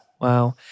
Wow